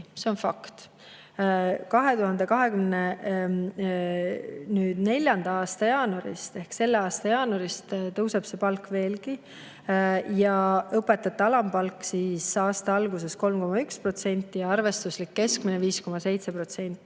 See on fakt. 2024. aasta jaanuarist ehk selle aasta jaanuarist tõuseb palk veelgi: õpetajate alampalk aasta alguses 3,1%, arvestuslik keskmine 5,7%.